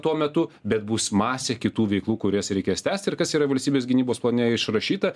tuo metu bet bus masė kitų veiklų kurias reikės tęsti ir kas yra valstybės gynybos plane išrašyta